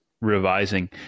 revising